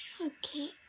Okay